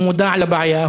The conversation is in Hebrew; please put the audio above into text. הוא מודע לבעיה,